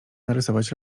narysować